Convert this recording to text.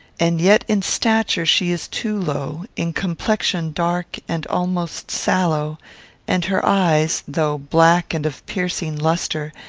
and yet in stature she is too low in complexion dark and almost sallow and her eyes, though black and of piercing lustre,